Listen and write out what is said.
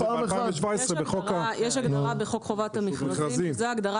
יש הגדרה בחוק חובת המכרזים; זוהי ההגדרה